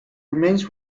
remains